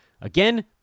Again